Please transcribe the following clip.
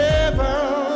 Heaven